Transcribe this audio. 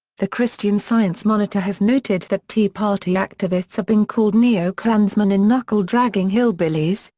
the christian science monitor has noted that tea party activists have been called neo-klansmen and knuckle-dragging hillbillies,